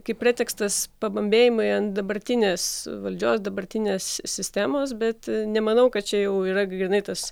kaip pretekstas pabambėjimai ant dabartinės valdžios dabartinės sistemos bet nemanau kad čia jau yra grynai tas